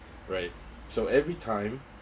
right so every time